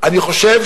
אני רוצה